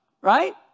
Right